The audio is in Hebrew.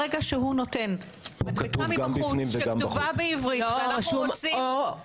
ברגע שהוא נותן מדבקה מבחוץ שכתובה בעברית ואנו